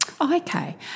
Okay